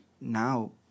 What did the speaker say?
now